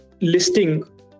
listing